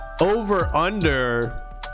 over-under